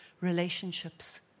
relationships